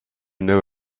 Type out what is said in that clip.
know